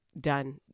done